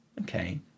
okay